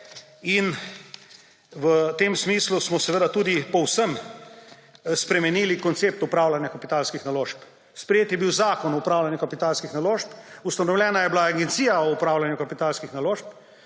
In v tem smislu smo seveda tudi povsem spremenili koncept upravljanja kapitalskih naložb. Sprejet je bil Zakon o upravljanju kapitalskih naložb, ustanovljena je bila Agencija o upravljanju kapitalskih naložb